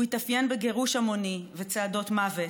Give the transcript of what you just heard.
הוא התאפיין בגירוש המוני וצעדות מוות,